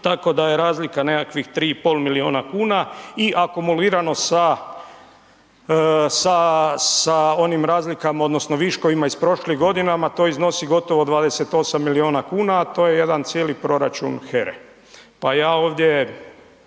tako da je razlika nekakvih 3,5 milijuna kuna i akumulirano sa, sa, sa onim razlikama odnosno viškovima iz prošlih godinama, to iznosi gotovo 28 milijuna kuna, a to je jedan cijeli proračun HERA-e, pa ja ovdje